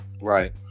Right